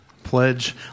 Pledge